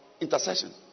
intercession